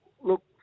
look